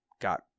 got